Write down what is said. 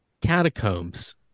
Catacombs